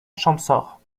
champsaur